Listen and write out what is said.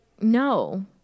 no